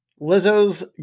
Lizzo's